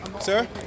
Sir